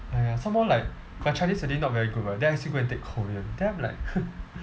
!aiya! some more like my chinese already not very good right then I still go and take korean then I'm like